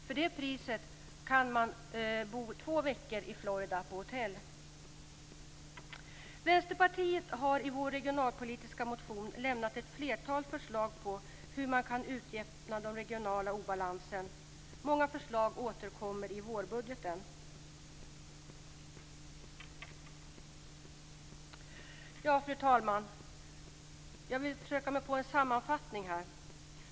För det priset kan man bo två veckor på hotell i Florida. I vår regionalpolitiska motion har vi i Vänsterpartiet lämnat ett flertal förslag på hur man kan utjämna de regionala obalanserna. Många förslag återkommer i vårbudgeten. Fru talman! Jag vill försöka mig på att göra en sammanfattning här.